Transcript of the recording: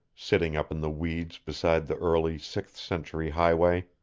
sitting up in the weeds beside the early sixth-century highway.